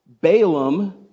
Balaam